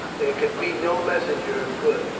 there could be no messenger of good.